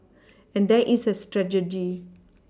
and there is a strategy